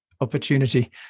opportunity